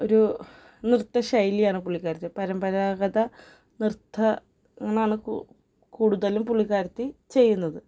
ഒരു നൃത്തശൈലിയാണ് പുള്ളിക്കാരത്തി പരമ്പരാഗത നൃത്തങ്ങളാണ് കൂടുതലും പുള്ളിക്കാരത്തി ചെയ്യുന്നത്